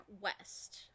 west